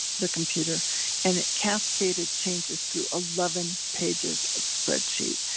the computer and it cascaded changes through eleven pages of spreadsheet.